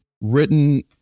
written